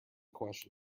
question